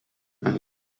ant